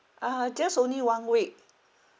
uh just only one week